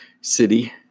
city